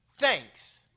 thanks